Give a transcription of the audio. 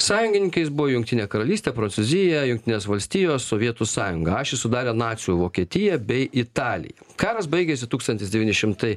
sąjungininkais buvo jungtinė karalystė prancūzija jungtinės valstijos sovietų sąjunga ašį sudarė nacių vokietija bei italija karas baigėsi tūkstantis devyni šimtai